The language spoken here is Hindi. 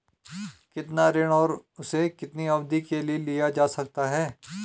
कितना ऋण और उसे कितनी अवधि के लिए लिया जा सकता है?